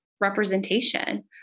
representation